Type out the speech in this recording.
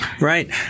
Right